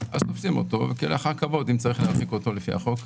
אז תופסים אותו וכלאחר כבוד אם צריך להרחיק אותו לפי החוק,